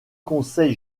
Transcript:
conseil